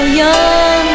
young